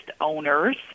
owners